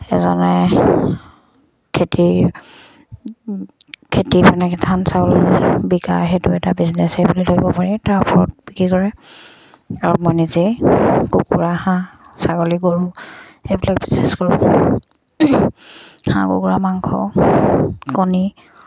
এজনে খেতিৰ খেতি মানে ধান চাউল বিকা সেইটো এটা বিজনেছে বুলি ধৰিব পাৰি তাৰ ওপৰত বিক্ৰী কৰে আৰু মই নিজে কুকুৰা হাঁহ ছাগলী গৰু সেইবিলাক বিজনেছ কৰোঁ হাঁহ কুকুৰা মাংস কণী